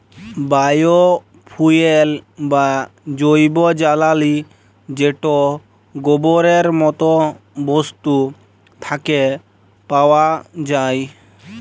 bio fuel বা জৈব জ্বালালী যেট গোবরের মত বস্তু থ্যাকে পাউয়া যায়